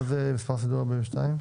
מה זה מספר 42?